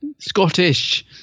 Scottish